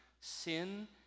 sin